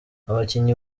abakinnyi